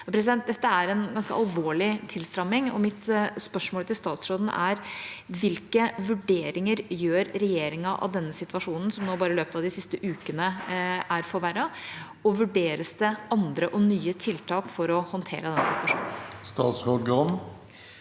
Ukraina. Dette er en ganske alvorlig tilstramming, og mitt spørsmål til statsråden er: Hvilke vurderinger gjør regjeringa av denne situasjonen, som er forverret bare i løpet av de siste ukene, og vurderes det andre og nye tiltak for å håndtere denne situasjonen? Statsråd Bjørn